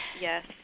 Yes